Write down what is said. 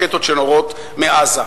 רקטות שנורות מעזה.